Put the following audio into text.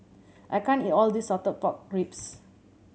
I can't eat all of this salted pork ribs